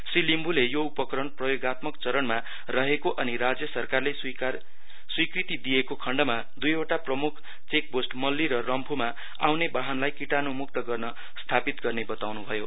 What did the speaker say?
श्री लिम्ब्रले यो उपकरण प्रयोगात्मक चरणमा रहेको अनि राज्य सरकारले स्वीकृति दिएको खण्डमा दुईवटा प्रमुख चेकपोस्ट मल्ली र रम्फूमा आउने वाहनलाई कीटाणुमुक्त गर्न स्थापित गर्ने बताउनु भयो